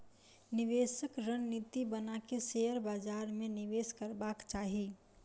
निवेशक रणनीति बना के शेयर बाजार में निवेश करबाक चाही